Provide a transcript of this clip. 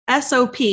SOP